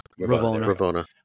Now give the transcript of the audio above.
Ravona